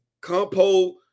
compo